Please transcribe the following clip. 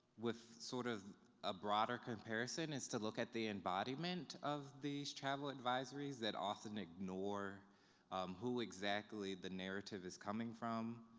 with sort of a broader comparison is to look at the embodiment of these travel advisories that often ignore who exactly the narrative is coming from.